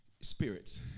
spirits